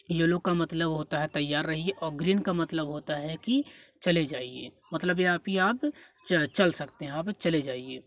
yellow का मतलब होता है तैयार रहिए और ग्रीन का मतलब होता है कि चले जाईए मतलब यह पी आप ही आप च चल सकते हैं अब चले जाईए